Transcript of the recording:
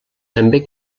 també